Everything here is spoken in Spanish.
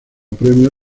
premio